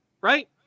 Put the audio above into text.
right